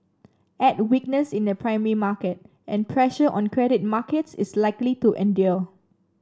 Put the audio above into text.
add weakness in the primary market and pressure on credit markets is likely to endure